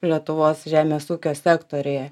lietuvos žemės ūkio sektoriuje